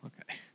okay